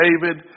David